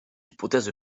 hypothèse